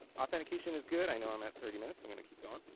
authentication is good. i know i'm at thirty minutes. i'm gonna keep going.